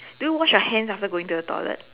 do you wash your hands after going to the toilet